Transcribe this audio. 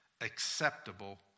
acceptable